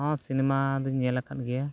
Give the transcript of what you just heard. ᱦᱚᱸ ᱥᱤᱱᱮᱹᱢᱟ ᱫᱚᱧ ᱧᱮᱞ ᱟᱠᱟᱫ ᱜᱮᱭᱟ